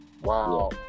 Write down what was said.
Wow